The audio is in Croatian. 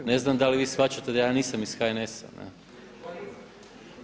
Ne znam da li vi shvaćate da ja nisam iz HNS-a.